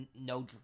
no